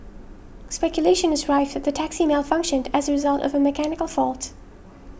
speculation is rife that the taxi malfunctioned as a result of a mechanical fault